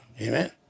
Amen